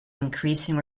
increasing